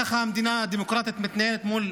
ככה מדינה דמוקרטית מתנהלת מול